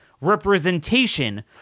representation